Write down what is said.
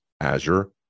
Azure